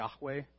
Yahweh